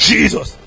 Jesus